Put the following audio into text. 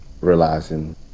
realizing